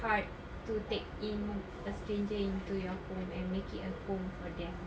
hard to take in a stranger into your home and make it a home for them